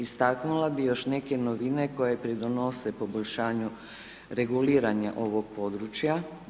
Istaknula bih još neke novine koje pridonose poboljšanju reguliranja ovog područja.